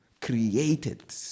created